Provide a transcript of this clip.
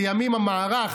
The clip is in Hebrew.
לימים המערך,